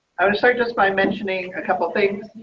i just i just by mentioning a couple things.